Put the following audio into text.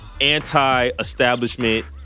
anti-establishment